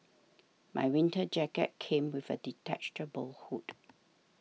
my winter jacket came with a detachable hood